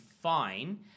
fine